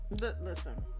Listen